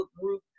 group